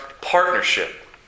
partnership